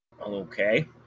Okay